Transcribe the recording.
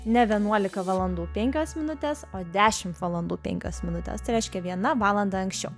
ne vienuolika valandų penkios minutės o dešimt valandų penkios minutės tai reiškia viena valanda anksčiau